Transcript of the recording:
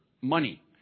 money